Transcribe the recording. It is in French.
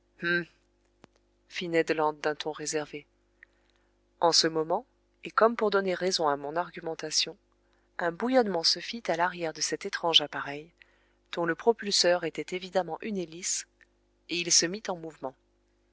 fit ned land d'un ton réservé en ce moment et comme pour donner raison à mon argumentation un bouillonnement se fit à l'arrière de cet étrange appareil dont le propulseur était évidemment une hélice et il se mit en mouvement